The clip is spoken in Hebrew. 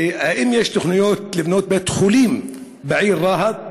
האם יש תוכניות לבנות בית-חולים בעיר רהט,